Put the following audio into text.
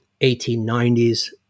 1890s